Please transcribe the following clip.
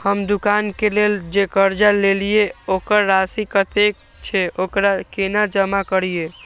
हम दुकान के लेल जे कर्जा लेलिए वकर राशि कतेक छे वकरा केना जमा करिए?